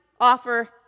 offer